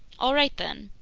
all right then!